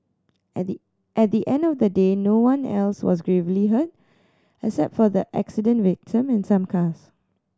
at the at the end of the day no one else was gravely hurt except for the accident victim and some cars